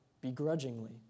begrudgingly